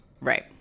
Right